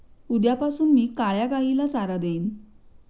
उद्यापासून मी काळ्या गाईला चारा देईन